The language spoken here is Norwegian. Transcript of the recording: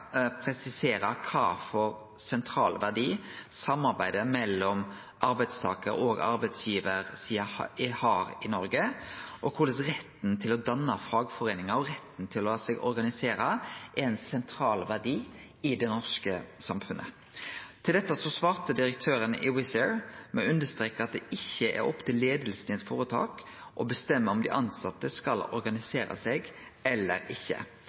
presisere kva for sentral verdi samarbeidet mellom arbeidstakar- og arbeidsgivarsida har i Noreg, og korleis retten til å danne fagforeiningar og retten til å la seg organisere er ein sentral verdi i det norske samfunnet. Til dette svarte direktøren i Wizz Air med å understreke at det ikkje er opp til leiinga i eit føretak å bestemme om dei tilsette skal organisere seg eller ikkje.